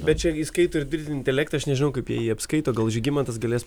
bet čia įskaito ir dirbtinį intelektą aš nežinau kaip jie jį apskaito gal žygimantas galės